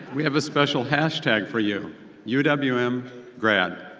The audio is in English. we have a special hashtag for you u w m grad.